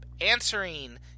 answering